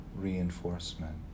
reinforcement